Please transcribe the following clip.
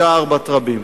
בשער בת רבים.